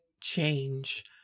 change